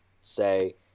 say